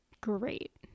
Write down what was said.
great